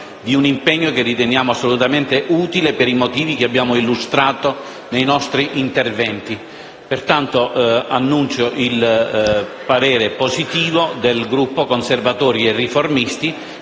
di un impegno che riteniamo assolutamente utile per i motivi illustrati nei nostri interventi. Pertanto, annuncio il voto favorevole del Gruppo dei Conservatori e Riformisti,